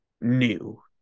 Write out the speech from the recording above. new